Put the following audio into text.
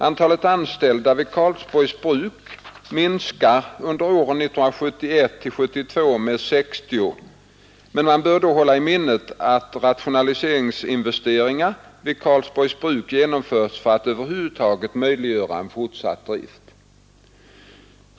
Antalet anställda vid Karlsborgs bruk minskar under åren 1971—1972 med 60, men man bör då hålla i minnet att rationaliseringsinvesteringarna vid Karlsborgs bruk genomförs för att över huvud taget möjliggöra fortsatt drift.